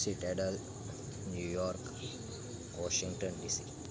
citadel New York Washington DC